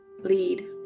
lead